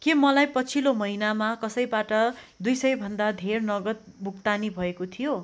के मलाई पछिल्लो महिनामा कसैबाट दुई सयभन्दा धेर नगद भुक्तानी भएको थियो